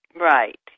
Right